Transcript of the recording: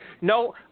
No